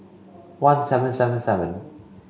one seven seven seven